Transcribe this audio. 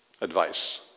advice